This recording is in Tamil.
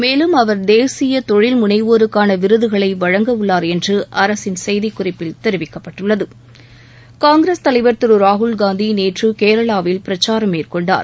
மேலும் அவர் தேசிய தொழில் முனைவோருக்கான விருதுகளை வழங்கவுள்ளார் என்று அரசு செய்தி குறிப்பில் தெரிவிக்கப்பட்டுள்ளது காங்கிரஸ் தலைவர் திரு ராகுல்காந்தி நேற்று கேரளாவில் பிரச்சாரம் மேற்கொண்டார்